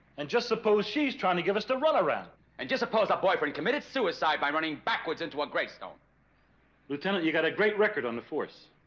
and just suppose. she's trying to give us the runaround and just suppose that boyfriend committed suicide by running backwards into a great stone lieutenant, you got a great record on the force.